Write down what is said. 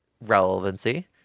relevancy